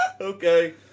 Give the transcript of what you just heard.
Okay